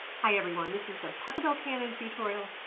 hi everyone, this is the pachelbel canon tutorial,